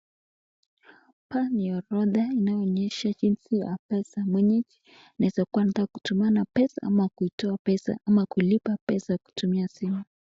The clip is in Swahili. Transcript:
Hapa ni orodha ambayo inaonyesha jinzi yampesa mwenyeji anaesa kuwa anataka kutumana pesa ama kutoka pesa ama kulipa pesa kutumia simu.